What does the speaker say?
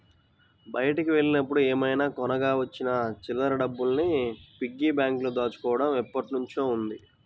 బయటికి వెళ్ళినప్పుడు ఏమైనా కొనగా వచ్చిన చిల్లర డబ్బుల్ని పిగ్గీ బ్యాంకులో దాచుకోడం ఎప్పట్నుంచో ఉంది